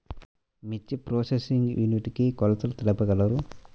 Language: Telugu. మిర్చి ప్రోసెసింగ్ యూనిట్ కి కొలతలు తెలుపగలరు?